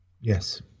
Yes